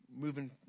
moving